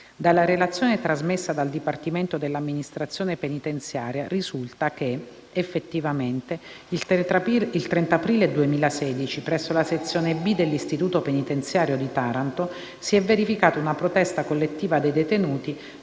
Dalla relazione trasmessa dal Dipartimento dell'amministrazione penitenziaria risulta che, effettivamente, il 30 aprile 2016, presso la sezione B dell'istituto penitenziario di Taranto, si è verificata una protesta collettiva dei detenuti,